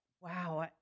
wow